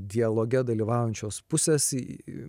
dialoge dalyvaujančios pusės į